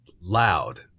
loud